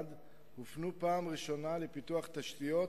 המשרד הופנו בפעם הראשונה לפיתוח תשתיות